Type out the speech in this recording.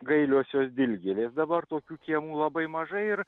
gailiosios dilgėlės dabar tokių kiemų labai mažai ir